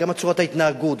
גם צורת ההתנהגות,